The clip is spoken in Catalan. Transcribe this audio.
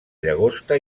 llagosta